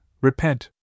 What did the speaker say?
Repent